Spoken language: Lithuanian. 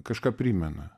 kažką primena